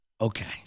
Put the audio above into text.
okay